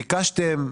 ביקשתם,